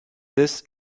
this